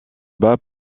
bat